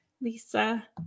Lisa